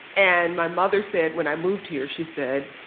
and my mother said when i moved here, she said,